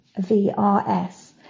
VRS